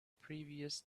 previous